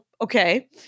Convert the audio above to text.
Okay